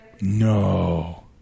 No